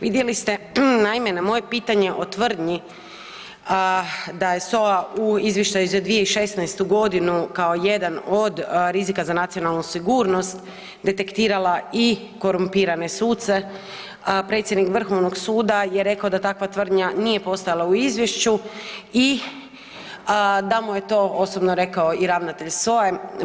Vidjeli ste naime na moje pitanje o tvrdnji da je SOA u izvještaju za 2016.g. kao jedan od rizika za nacionalnu sigurnost detektirala i korumpirane suce, predsjednik Vrhovnog suda je rekao da takva tvrdnja nije postojala u izvješću i da mu je to osobno rekao i ravnatelj SOA-e.